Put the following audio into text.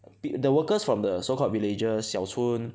th~ the workers from the so called villages 小村